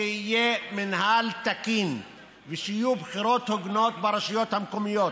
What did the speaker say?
שיהיה מינהל תקין ושיהיו בחירות הוגנות ברשויות המקומיות.